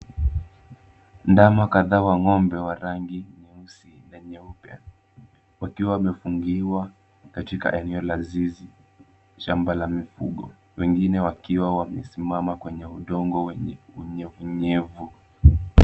Ndama kadhaa wa ng'ombe wa rangi nyeusi na nyeupe wakiwa wamefungiwa katika eneo la zizi, shamba la mifugo, wengine wakiwa wamesimama kwenye udongo wenye unyevunyevu.